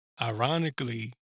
Ironically